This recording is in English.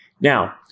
Now